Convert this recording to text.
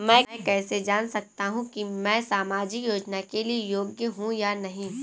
मैं कैसे जान सकता हूँ कि मैं सामाजिक योजना के लिए योग्य हूँ या नहीं?